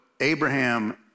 Abraham